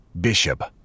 Bishop